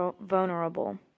vulnerable